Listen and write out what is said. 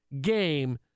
game